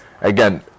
again